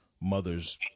mothers